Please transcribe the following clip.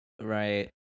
Right